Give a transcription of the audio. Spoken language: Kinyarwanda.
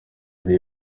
muri